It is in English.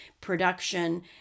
production